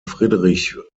friedrich